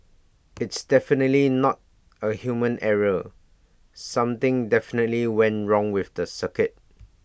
it's definitely not A human error something definitely went wrong with the circuit